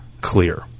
clear